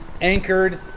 anchored